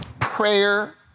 Prayer